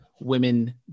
women